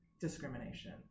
discrimination